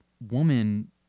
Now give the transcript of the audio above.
woman